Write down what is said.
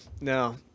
no